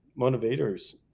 motivators